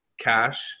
cash